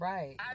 Right